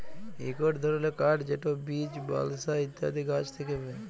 ইকট ধরলের কাঠ যেট বীচ, বালসা ইত্যাদি গাহাচ থ্যাকে পায়